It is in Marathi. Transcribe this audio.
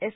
एस